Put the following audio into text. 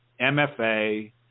MFA